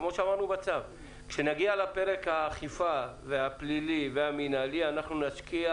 כשנגיע לפרק האכיפה והפלילי והמינהלי אנחנו נשקיע